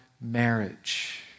marriage